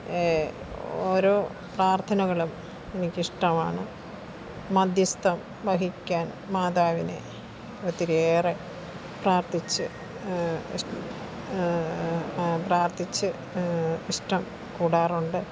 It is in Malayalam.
ഓരോ പ്രാർത്ഥനകളും എനിക്കിഷ്ടമാണ് മധ്യസ്ഥം വഹിക്കാൻ മാതാവിനെ ഒത്തിരിയേറെ പ്രാർത്ഥിച്ച് പ്രാർത്ഥിച്ച് ഇഷ്ടം കൂടാറുണ്ട്